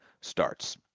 starts